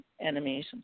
enemies